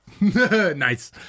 Nice